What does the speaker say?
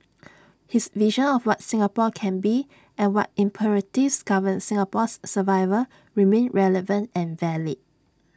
his vision of what Singapore can be and what imperatives govern Singapore's survival remain relevant and valid